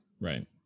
Right